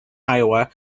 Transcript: iowa